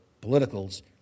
politicals